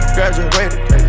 Graduated